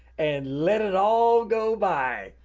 and let it all go by.